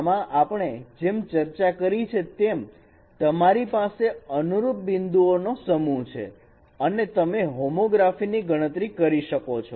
આમાં આપણે જેમ ચર્ચા કરી છે તેમ તમારી પાસે અનુરૂપ બિંદુઓની સમૂહ છે અને તમે હોમોગ્રાફી ની ગણતરી કરી શકો છો